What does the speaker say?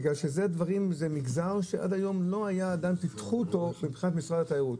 זה מגזר שעד היום לא טיפחו אותו במשרד התיירות.